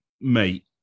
Mate